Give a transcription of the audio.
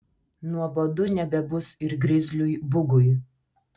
nuobodu nebebus ir grizliui bugui